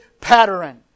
pattern